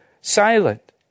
silent